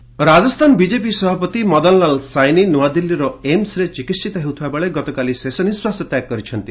Saini demise Rajasthan BJP ସଭାପତି ମଦନଲାଲ ସାଇନି ନୂଆଦିଲ୍ଲୀର ଏମ୍ସରେ ଚିକିିିିିତ ହେଉଥିଲାବେଳେ ଗତକାଲି ଶେଷନିଶ୍ୱାସ ତ୍ୟାଗ କରିଛନ୍ତି